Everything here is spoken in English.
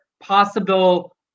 possible